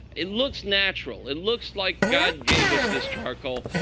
it looks natural. it looks like god gave us this charcoal.